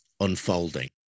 unfolding